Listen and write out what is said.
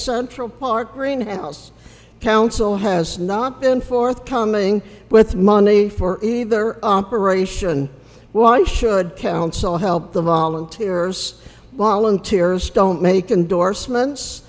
central park greenhouse council has not been forthcoming with money for either operation why should council help the volunteers walang tears don't make indorsements